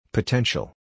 Potential